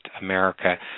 America